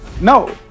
no